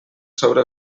sobre